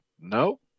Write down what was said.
No